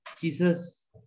Jesus